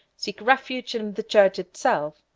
seek refuge in the church itself.